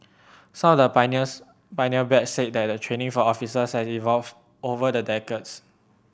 some the pioneers pioneer batch said that the training for officer evolved over the decades